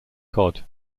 cod